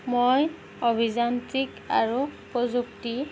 মই অভিযান্ত্ৰিক আৰু প্ৰযুক্তি